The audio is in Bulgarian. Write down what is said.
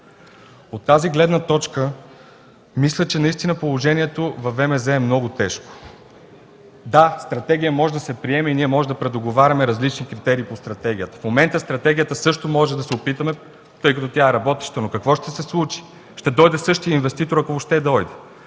От тази гледна точка мисля, че положението във ВМЗ е много тежко. Да, стратегия може да се приеме и ние можем да предоговаряме различни критерии по стратегията. Можем да се опитаме да коригираме стратегията, тя е работеща, но какво ще се случи? Ще дойде същият инвеститор, ако въобще дойде.